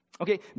Okay